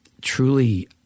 truly